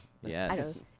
Yes